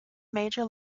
major